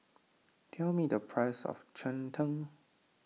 tell me the price of Cheng Tng